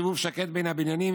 סיבוב שקט בין הבניינים,